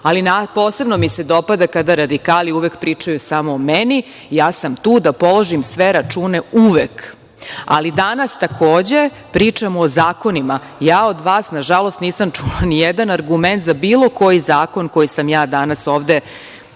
ali posebno mi se dopada kada radikali uvek pričaju samo o meni, a ja sam tu da položim sve račune uvek. Ali, danas takođe pričamo o zakonima. Ja na žalost, od vas nisam čula ni jedan argument za bilo koji zakon koji sam ja danas ovde